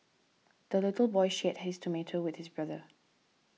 the little boy shared his tomato with his brother